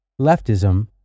Leftism